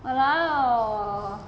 !walao!